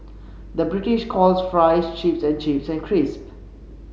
the British calls fries chips and chips and crisps